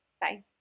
Bye